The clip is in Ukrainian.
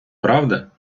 правда